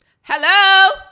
Hello